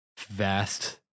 vast